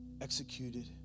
executed